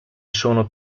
sono